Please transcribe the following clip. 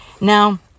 Now